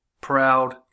proud